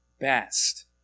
best